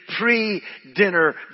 pre-dinner